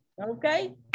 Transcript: Okay